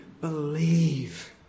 believe